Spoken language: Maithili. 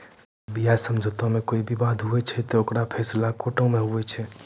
अगर ब्याज समझौता मे कोई बिबाद होय छै ते ओकरो फैसला कोटो मे हुवै छै